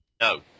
no